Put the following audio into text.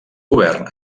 govern